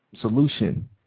solution